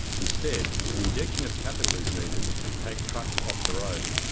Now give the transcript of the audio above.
instead, an injection of capital is needed to take trucks off the road.